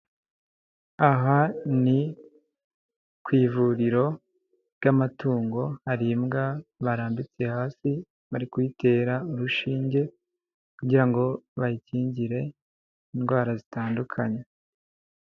Aha ni ku ivuriro ry'amatungo, hari imbwa barambitse hasi, bari kuyitera urushinge, kugira ngo bayikingire indwara zitandukanye.